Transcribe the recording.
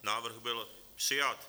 Návrh byl přijat.